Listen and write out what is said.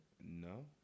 No